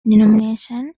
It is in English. denomination